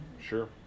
Sure